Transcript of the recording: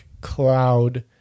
cloud